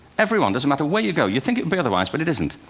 every one. doesn't matter where you go. you'd think but otherwise, but it isn't.